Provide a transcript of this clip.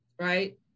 right